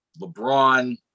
LeBron